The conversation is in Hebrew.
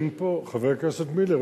חבר הכנסת מילר,